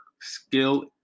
skill